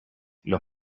los